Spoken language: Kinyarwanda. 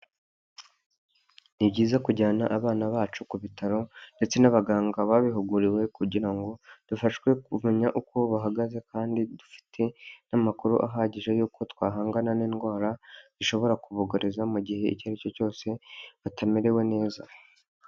Ni byiza kujyana abana bacu ku bitaro ndetse n'abaganga babihuguriwe kugira ngo dufashwe kumenya uko bahagaze kandi dufite n'amakuru ahagije y'uko twahangana n'indwara zishobora kubugoaariza mu gihe icyo ari cyo cyose batamerewe neza.